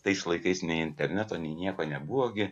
tais laikais nei interneto nei nieko nebuvo gi